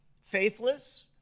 faithless